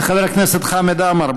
חבר הכנסת חמד עמאר,